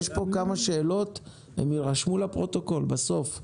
יש פה כמה שאלות, הן יירשמו לפרוטוקול בסוף.